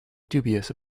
dubious